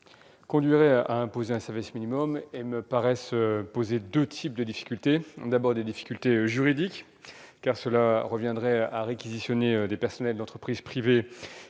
conduiraient à imposer un service minimum. Elles me paraissent en outre poser deux types de difficultés : d'une part, des difficultés juridiques, car cela reviendrait à réquisitionner des personnels d'entreprises privées